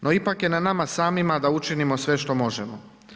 No, ipak je na nama samima da učinimo sve što možemo.